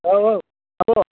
औ औ आब'